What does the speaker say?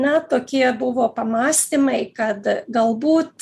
na tokie buvo pamąstymai kad galbūt